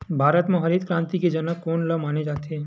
भारत मा हरित क्रांति के जनक कोन ला माने जाथे?